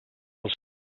els